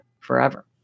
forever